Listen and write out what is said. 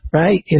right